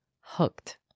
Hooked